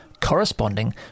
corresponding